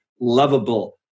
lovable